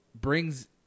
brings